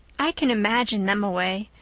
i can imagine them away.